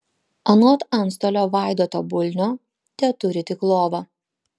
anot antstolio vaidoto bulnio teturi tik lovą